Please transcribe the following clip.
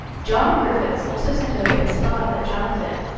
john griffiths also sent over his father, jonathan,